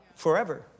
Forever